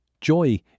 Joy